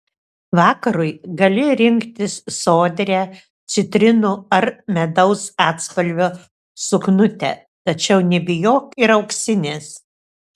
vakarui gali rinktis sodrią citrinų ar medaus atspalvio suknutę tačiau nebijok ir auksinės